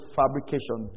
fabrication